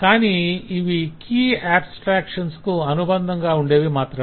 కాని ఇవి key abstractions కు అనుబంధంగా ఉండేవి మాత్రమే